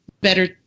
better